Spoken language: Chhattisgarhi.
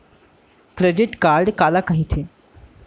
क्रेडिट कारड काला कहिथे?